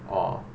or